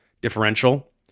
differential